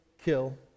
kill